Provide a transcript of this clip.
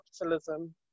capitalism